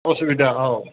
असुबिदा औ